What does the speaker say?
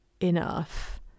enough